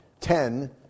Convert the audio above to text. Ten